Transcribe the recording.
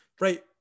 right